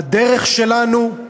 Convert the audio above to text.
לדרך שלנו,